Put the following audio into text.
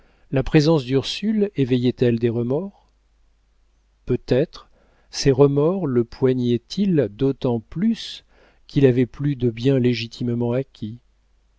la présence d'ursule éveillait elle des remords peut-être ces remords le poignaient ils d'autant plus qu'il avait plus de bien légitimement acquis